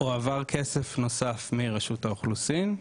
הועבר כסף נוסף מרשות האוכלוסין,